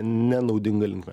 nenaudinga linkme